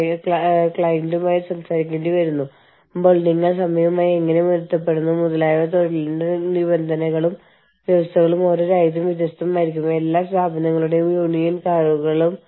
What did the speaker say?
എംഎൻഇകൾ multi national എന്റർപ്രൈസസുകൾ തൊഴിലാളികൾക്ക് നിയമപരമായി അനുശാസിക്കുന്ന ആനുകൂല്യങ്ങളിലെ വ്യത്യാസങ്ങൾ പ്രയോജനപ്പെടുത്തുകയും തൊഴിൽ ശക്തി ക്രമീകരണങ്ങളുടെ ചെലവ് ഏറ്റവും കുറവുള്ള രാജ്യങ്ങളിലെ പ്രവർത്തനങ്ങൾ പുനഃക്രമീകരിക്കുകയും ചെയ്യുന്നുവെന്ന് യൂണിയനുകൾ കരുതുന്നു